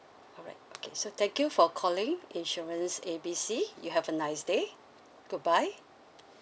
alright okay so thank you for calling insurance A B C you have a nice day goodbye